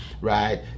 right